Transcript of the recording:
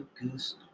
goose